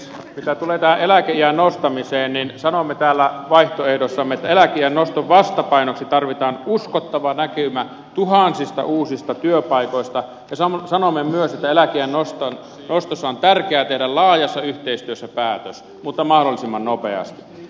mitä tulee tähän eläkeiän nostamiseen niin sanomme täällä vaihtoehdossamme että eläkeiän noston vastapainoksi tarvitaan uskottava näkymä tuhansista uusista työpaikoista ja sanomme myös että eläkeiän nostosta on tärkeää tehdä laajassa yhteistyössä päätös mutta mahdollisimman nopeasti